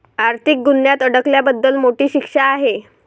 आर्थिक गुन्ह्यात अडकल्याबद्दल मोठी शिक्षा आहे